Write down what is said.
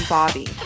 Bobby